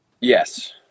Yes